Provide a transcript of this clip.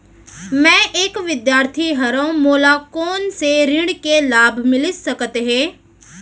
मैं एक विद्यार्थी हरव, मोला कोन से ऋण के लाभ मिलिस सकत हे?